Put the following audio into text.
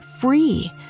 free